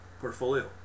portfolio